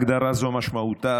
הגדרה זו משמעותה,